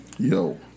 Yo